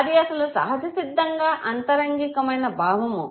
అది అసలు సహజసిద్ధంగా అంతరంగికమైన భావము